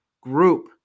group